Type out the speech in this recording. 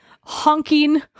honking